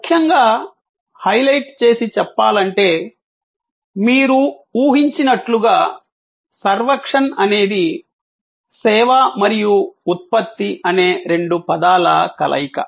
ముఖ్యంగా హైలైట్ చేసి చెప్పాలంటే మీరు ఊహించినట్లుగా సర్వక్షన్ అనేది సేవ మరియు ఉత్పత్తి అనే రెండు పదాల కలయిక